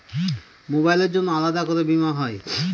মোবাইলের জন্য আলাদা করে বীমা হয়?